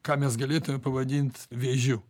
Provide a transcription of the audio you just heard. ką mes galėtume pavadint vėžiu